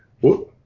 whoop